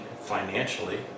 financially